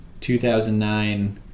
2009